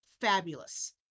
fabulous